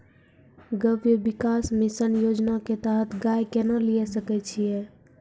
गव्य विकास मिसन योजना के तहत गाय केना लिये सकय छियै?